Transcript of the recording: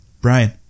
Brian